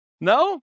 No